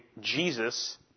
Jesus